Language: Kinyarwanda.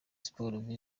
sports